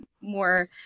more